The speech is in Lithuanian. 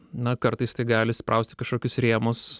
na kartais tai gali sprausti į kažkokius rėmus